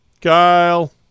Kyle